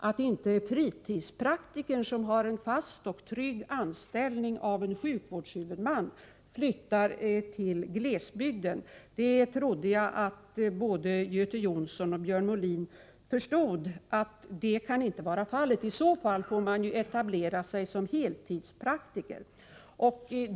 Att inte fritidspraktikern, som har en fast och trygg anställning hos en sjukvårdshuvudman, skulle flytta till glesbygden trodde jag att både Göte Jonsson och Björn Molin skulle förstå. I så fall får han ju etablera sig som heltidspraktiker.